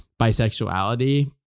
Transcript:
bisexuality